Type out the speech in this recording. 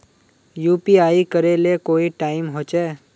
UPI करे ले कोई टाइम होचे?